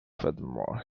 furthermore